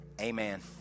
amen